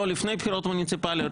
לא לפני בחירות מוניציפליות,